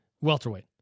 welterweight